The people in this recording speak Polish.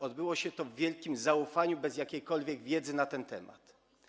Odbyło się to w wielkim zaufaniu, bez jakiejkolwiek wiedzy na ten temat.